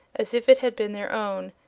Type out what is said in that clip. as if it had been their own,